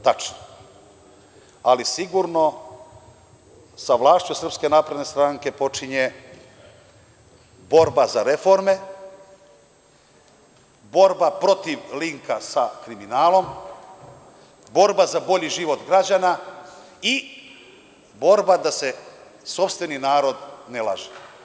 Tačno, ali sigurno sa vlašću Srpske napredne stranke počinje borba za reforme, borba protiv linka sa kriminalom, borba za bolji život građana i borba da se sopstveni narod ne laže.